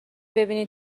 ببینی